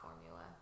formula